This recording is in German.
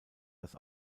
das